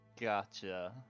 Gotcha